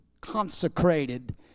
consecrated